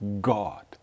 God